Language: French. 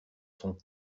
sont